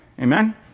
Amen